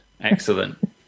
excellent